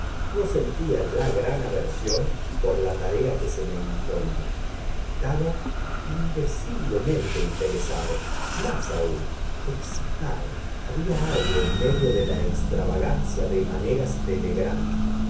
no sentía ya gran aversión por la tarea que se me imponía estaba indeciblemente interesado más aún excitado había algo en medio de la extravagancia de maneras de legrand